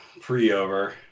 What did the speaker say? pre-over